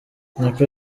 nako